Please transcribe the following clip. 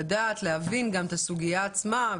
לדעת ולהבין גם את הסוגיה עצמה.